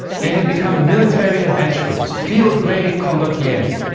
they had become military adventurers, field-grey condottieri.